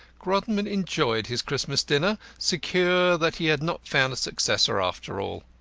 grodman enjoyed his christmas dinner, secure that he had not found a successor after all.